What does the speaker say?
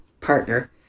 partner